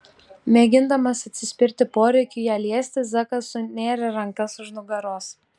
mėgindamas atsispirti poreikiui ją liesti zakas sunėrė rankas už nugaros